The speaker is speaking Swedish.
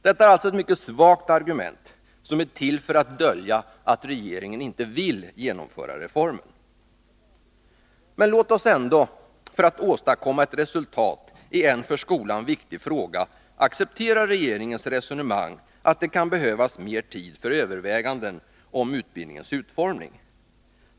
Detta är alltså ett mycket svagt argument, som är till för att dölja att regeringen inte vill genomföra reformen. Men låt oss ändå, för att åstadkomma ett resultat i en för skolan viktig fråga, acceptera regeringens resonemang att det kan behövas mer tid för överväganden om utbildningens utformning.